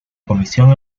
comisión